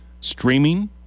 streaming